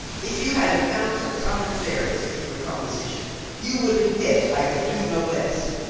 if you had an ounce of common fairness in your composition you would admit i could do no less.